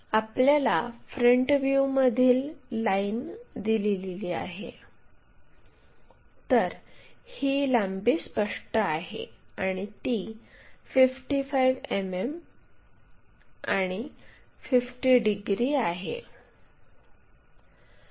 तर आपल्याला फ्रंट व्ह्यूमधील लाईन दिलेली आहे तर ही लांबी स्पष्ट आहे आणि ती 55 मिमी आणि 50 डिग्री आहे